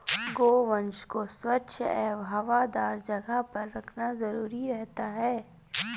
गोवंश को स्वच्छ एवं हवादार जगह पर रखना जरूरी रहता है